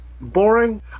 boring